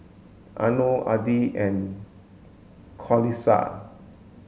Anuar Adi and Qalisha